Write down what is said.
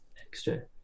extra